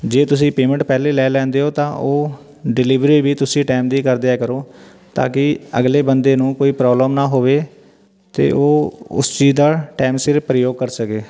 ਜੇ ਤੁਸੀਂ ਪੇਮੈਂਟ ਪਹਿਲੇ ਲੈ ਲੈਂਦੇ ਹੋ ਤਾਂ ਉਹ ਡਿਲੀਵਰੀ ਵੀ ਤੁਸੀਂ ਟਾਇਮ ਦੀ ਕਰ ਦਿਆ ਕਰੋ ਤਾਂ ਕਿ ਅਗਲੇ ਬੰਦੇ ਨੂੰ ਕੋਈ ਪ੍ਰੋਬਲਮ ਨਾ ਹੋਵੇ ਤੇ ਉਹ ਉਸ ਚੀਜ਼ ਦਾ ਟਾਇਮ ਸਿਰ ਪ੍ਰਯੋਗ ਕਰ ਸਕੇ